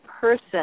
person